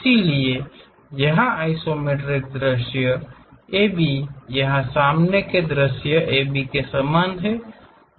इसलिए यहाँ आइसोमेट्रिक दृश्य AB यहाँ सामने दृश्य से AB समान है